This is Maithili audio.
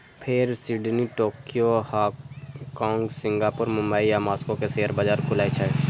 फेर Sydney, Tokyo, Hong Kong, Singapore, Mumbai आ मास्को के शेयर बाजार खुलै छै